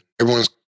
everyone's